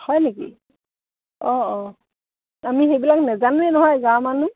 হয় নেকি অঁ অঁ আমি সেইবিলাক নাজানোৱেই নহয় গাঁৱৰ মানুহ